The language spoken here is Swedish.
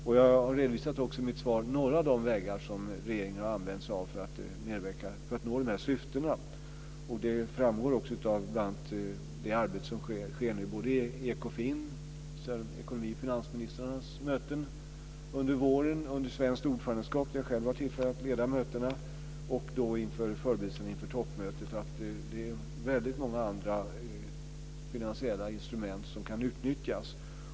Jag har i mitt svar också redovisat några av de vägar som regeringen har använt sig av för att nå dessa syften. Och det framgår också av bl.a. det arbete som nu sker i Ekofin, dvs. ekonomi och finansministrarnas möten, under våren under svenskt ordförandeskap, där jag själv har tillfälle att leda mötena, och inför förberedelserna inför toppmötet att det är väldigt många andra finansiella instrument som kan utnyttjas.